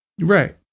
Right